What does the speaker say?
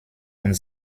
und